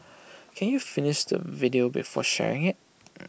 can you finish the video before sharing IT